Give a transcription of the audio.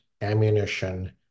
ammunition